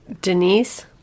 Denise